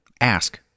ask